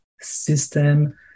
system